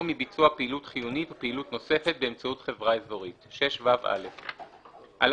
מביצוע פעילות חיונית ופעילות נוספת באמצעות חברה אזורית 6ו. (א)על